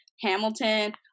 Hamilton